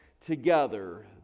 together